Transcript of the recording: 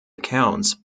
accounts